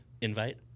invite